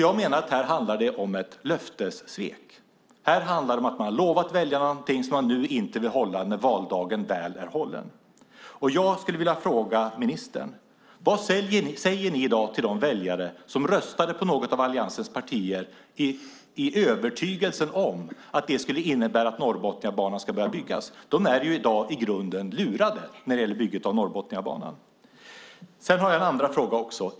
Jag menar att det handlar om ett löftessvek. Det handlar om att man har lovat väljarna någonting som man nu inte vill hålla när valdagen väl har varit. Jag skulle vilja fråga ministern: Vad säger ni i dag till de väljare som röstade på något av Alliansens partier i övertygelsen om att det skulle innebära att Norrbotniabanan ska börja byggas? De är i dag i grunden lurade när det gäller bygget av Norrbotniabanan. Jag har också en andra fråga.